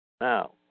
Now